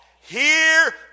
Hear